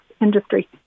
industry